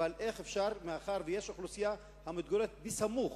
מאחר שיש אוכלוסייה המתגוררת בסמוך